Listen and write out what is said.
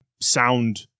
sound